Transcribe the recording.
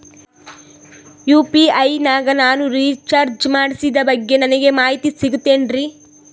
UPI ನಾಗ ನಾನು recharge ಮಾಡಿಸಿದ ಬಗ್ಗೆ ನನಗೆ ಮಾಹಿತಿ ಸಿಗುತೇನ್ರೀ?